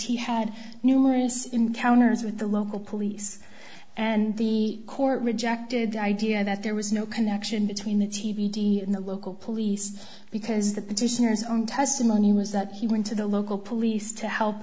he had numerous encounters with the local police and the court rejected the idea that there was no connection between the t v and the local police because the petitioners own testimony was that he went to the local police to help